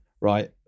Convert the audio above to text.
right